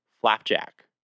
Flapjack